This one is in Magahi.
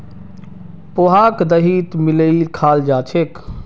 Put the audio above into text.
पोहाक दहीत मिलइ खाल जा छेक